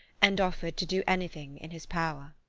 and offered to do anything in his power.